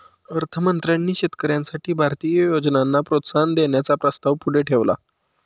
अर्थ मंत्र्यांनी शेतकऱ्यांसाठी भारतीय योजनांना प्रोत्साहन देण्याचा प्रस्ताव पुढे ठेवला